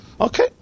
Okay